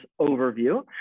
overview